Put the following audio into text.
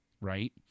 right